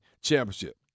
championship